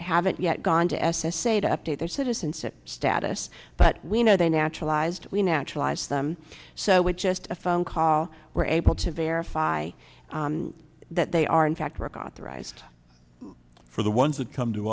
haven't yet gone to s s a to update their citizenship status but we know they naturalized we naturalized them so with just a phone call we're able to verify that they are in fact work authorized for the ones that come to